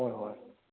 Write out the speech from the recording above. ꯍꯣꯏ ꯍꯣꯏ